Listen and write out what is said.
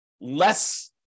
less